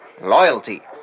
loyalty